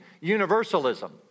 universalism